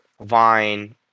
Vine